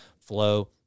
Flow